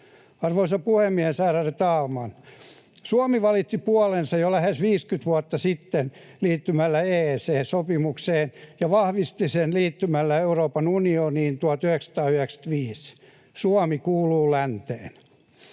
Arvoisa puhemies, ärade talman! Suomi valitsi puolensa jo lähes 50 vuotta sitten liittymällä EEC-sopimukseen ja vahvisti sen liittymällä Euroopan unioniin 1995. Suomi kuuluu länteen.